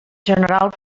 general